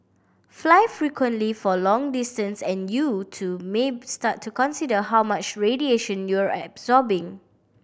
fly frequently for long distance and you too may start to consider how much radiation you're absorbing